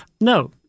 No